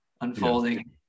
unfolding